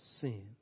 sin